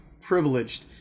privileged